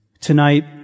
Tonight